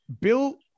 Bill